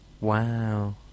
wow